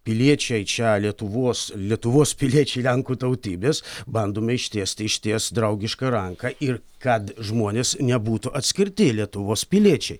piliečiai čia lietuvos lietuvos piliečiai lenkų tautybės bandome ištiesti išties draugišką ranką ir kad žmonės nebūtų atskirti lietuvos piliečiai